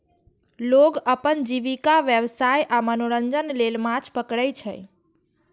लोग अपन जीविका, व्यवसाय आ मनोरंजन लेल माछ पकड़ै छै